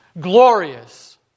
Glorious